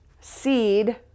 Seed